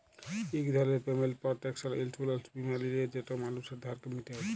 ইক ধরলের payment protection insurance বীমা লিলে যেট মালুসের ধারকে মিটায়